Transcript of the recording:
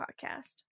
podcast